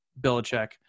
Belichick